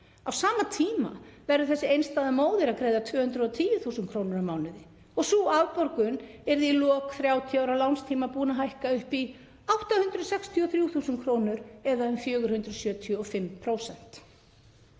Á sama tíma verður þessi einstæða móðir að greiða 210.000 kr. á mánuði og sú afborgun yrði í lok 30 ára lánstíma búin að hækka upp í 863.000 kr. eða um 475%.